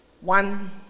One